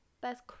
best